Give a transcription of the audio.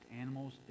animals